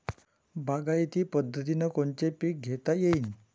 बागायती पद्धतीनं कोनचे पीक घेता येईन?